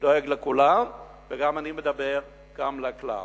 דואג לכולם, וגם אני מדבר על הכלל.